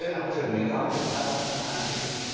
i mean um do this thousands of times a year.